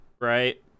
right